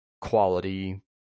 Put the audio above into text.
quality